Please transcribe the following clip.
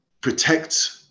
protect